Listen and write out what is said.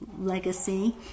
legacy